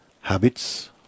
Habits